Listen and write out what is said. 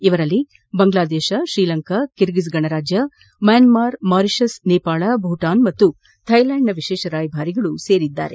ಇವರಲ್ಲಿ ಬಾಂಗ್ಲಾದೇಶ ಶ್ರೀಲಂಕಾ ಕರ್ಗಿಜ್ ಗಣರಾಜ್ಯ Myanmar Mauritius Nepal Bhutan ಹಾಗೂ ಥೈಲಾಂಡ್ನ ವಿಶೇಷ ರಾಯಬಾರಿ ಸೇರಿದ್ದಾರೆ